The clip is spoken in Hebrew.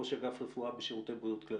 ראש אגף רפואה בשירותי בריאות כללית.